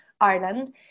Ireland